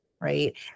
Right